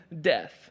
death